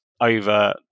over